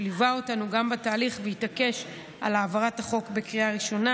שליווה אותנו בתהליך והתעקש על העברת החוק בקריאה ראשונה.